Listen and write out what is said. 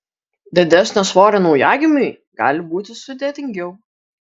didesnio svorio naujagimiui gali būti sudėtingiau